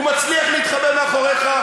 הוא מצליח להתחבא מאחוריך.